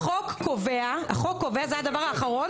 החוק קובע, רק רגע.